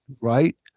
right